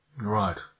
Right